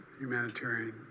humanitarian